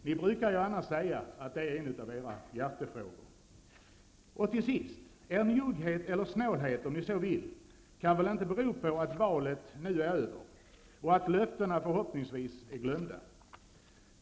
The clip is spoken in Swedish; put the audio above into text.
Ni brukar ju annars säga att detta är en av era hjärtefrågor. Till sist: Er njugghet, eller snålhet om ni så vill, kan väl inte bero på att valet nu är över och att löftena förhoppningsvis är glömda?